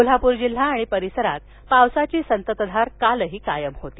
कोल्हापूर जिल्हा आणि परिसरात पावसाची संततधार कालही कायम होती